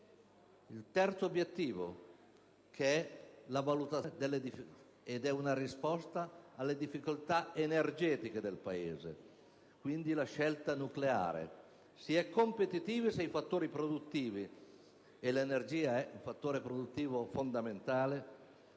Il terzo obiettivo è una risposta alle difficoltà energetiche del Paese (quindi, la scelta nucleare). Si è competitivi se i fattori produttivi - e l'energia è un fattore produttivo fondamentale